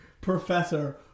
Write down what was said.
professor